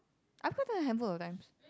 I've gotten a handful of times